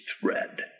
thread